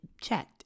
checked